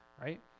Right